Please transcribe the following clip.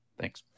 Thanks